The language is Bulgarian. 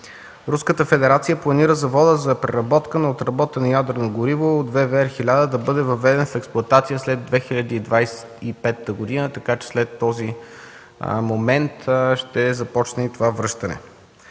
Руската федерация планира заводът за преработка на отработено ядрено гориво ВВЕР-1000 да бъде въведен в експлоатация след 2025 г., така че след този момент ще започне и това връщане.